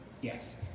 Yes